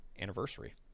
anniversary